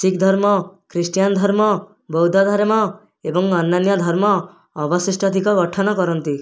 ଶିଖ ଧର୍ମ ଖ୍ରୀଷ୍ଟିଆନ ଧର୍ମ ବୌଦ୍ଧ ଧର୍ମ ଏବଂ ଅନ୍ୟାନ୍ୟ ଧର୍ମ ଅବଶିଷ୍ଟଧିକ ଗଠନ କରନ୍ତି